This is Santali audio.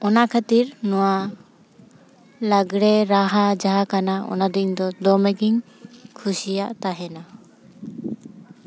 ᱚᱱᱟ ᱠᱷᱟᱹᱛᱤᱨ ᱱᱚᱶᱟ ᱞᱟᱜᱽᱲᱮ ᱨᱟᱦᱟ ᱡᱟᱦᱟᱸ ᱠᱟᱱᱟ ᱚᱱᱟᱫᱚ ᱤᱧᱫᱚ ᱫᱚᱢᱮᱜᱤᱧ ᱠᱩᱥᱤᱭᱟᱜ ᱛᱟᱦᱮᱱᱟ